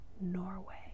Norway